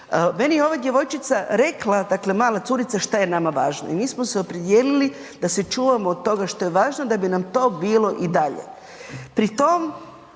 Meni je ova djevojčica rekla, dakle mala curica šta je nama važno i mi smo se opredijelili da se čuvamo od toga što je važno da bi nam to bilo i dalje,